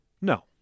No